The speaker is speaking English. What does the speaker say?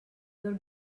your